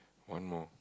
one more